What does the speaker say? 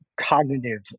cognitive